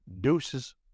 Deuces